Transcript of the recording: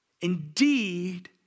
Indeed